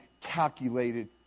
calculated